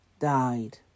died